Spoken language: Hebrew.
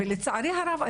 לצערי הרב,